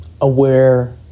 aware